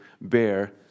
bear